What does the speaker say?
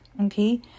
okay